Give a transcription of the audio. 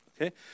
okay